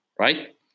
right